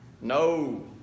No